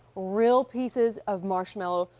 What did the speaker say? real pieces of marshmallow,